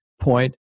point